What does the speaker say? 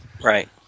Right